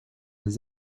les